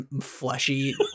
fleshy